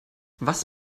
was